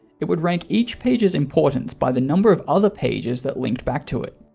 it would rank each page's importance by the number of other pages that linked back to it.